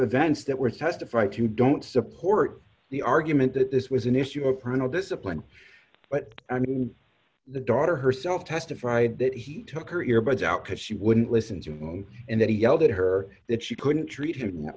events that were testified to don't support the argument that this was an issue of parental discipline but i mean the daughter herself testified that he took her ear buds out because she wouldn't listen to them and then he yelled at her that she couldn't treat him that